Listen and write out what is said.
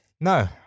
no